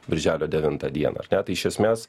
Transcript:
birželio devintą dieną ar ne tai iš esmes